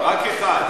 רק אחד.